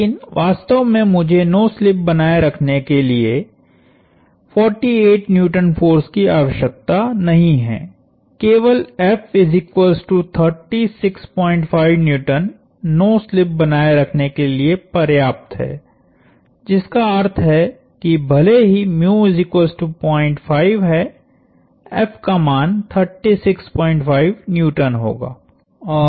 लेकिन वास्तव में मुझे नो स्लिप बनाए रखने के लिए 48N फोर्स की आवश्यकता नहीं है केवलनो स्लिप बनाए रखने के लिए पर्याप्त है जिसका अर्थ है कि भले ही है F का मान 365N होगा